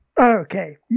Okay